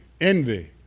Envy